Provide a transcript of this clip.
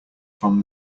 from